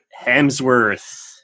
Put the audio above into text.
Hemsworth